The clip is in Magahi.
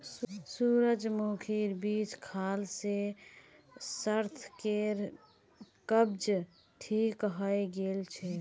सूरजमुखीर बीज खाल से सार्थकेर कब्ज ठीक हइ गेल छेक